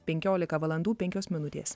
penkiolika valandų penkios minutės